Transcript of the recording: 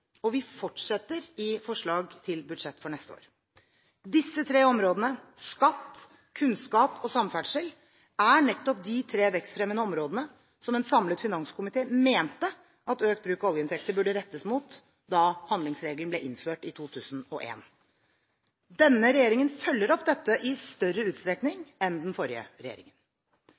Disse tre områdene – skatt, kunnskap og samferdsel – er nettopp de tre vekstfremmende områdene som en samlet finanskomité mente at økt bruk av oljeinntekter burde rettes mot da handlingsregelen ble innført i 2001. Denne regjeringen følger opp dette i større utstrekning enn den forrige regjeringen.